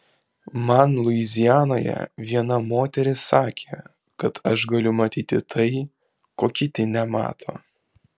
man luizianoje viena moteris sakė kad aš galiu matyti tai ko kiti nemato